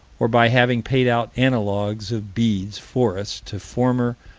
or by having paid out analogues of beads for us to former,